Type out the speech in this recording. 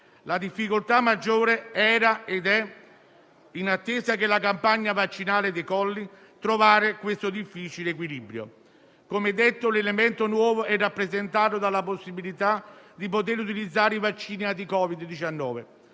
La difficoltà maggiore era ed è, in attesa che la campagna vaccinale decolli, trovare questo difficile equilibrio. Come detto, l'elemento nuovo è rappresentato dalla possibilità di poter utilizzare i vaccini anti Covid-19.